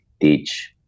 teach